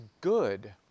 good